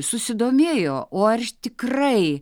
susidomėjo o ar tikrai